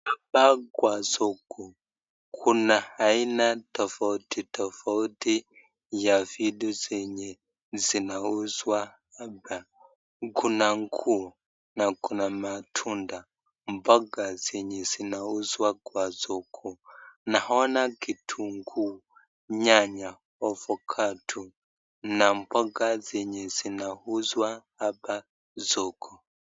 Hapa ni kwa soko, kuna aina tofauti tofauti ya vitu zenye zinauzwa hapa. Kuna nguo, na kuna matunda mpaka zenye zinauzwa kwa soko. Naona kitunguu, nyanya, avokado na mpaka zenye zinauzwa hapa soko.